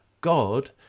God